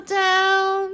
down